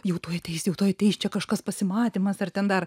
jau tuoj ateis juk tuoj ateis čia kažkas pasimatymas ar ten dar